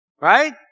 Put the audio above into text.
Right